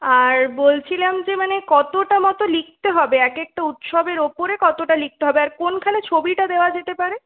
আর বলছিলাম যে মানে কতটা মতো লিখতে হবে এক একটা উৎসবের ওপরে কতটা লিখতে হবে আর কোনখানে ছবিটা দেওয়া যেতে পারে